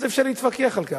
אז אפשר להתווכח על כך.